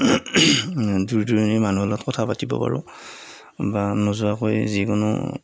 দূৰ দূৰণিৰ মানুহৰ লগত কথা পাতিব পাৰোঁ বা নোযোৱাকৈ যিকোনো